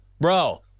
Bro